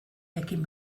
jakin